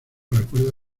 recuerda